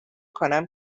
کنم